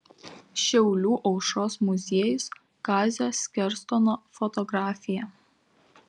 šiaulių aušros muziejus kazio skerstono fotografija